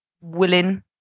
willing